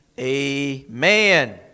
amen